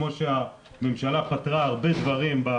כמו שהממשלה פתרה הרבה דברים.